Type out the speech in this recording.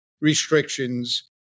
restrictions